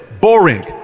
Boring